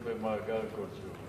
הם היו צריכים להיות במאגר כלשהו.